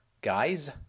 Guys